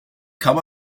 come